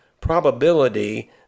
probability